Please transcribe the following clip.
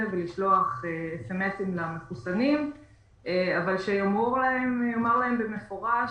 ולשלוח SMS למחוסנים אבל שייאמר להם במפורש,